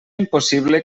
impossible